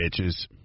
Bitches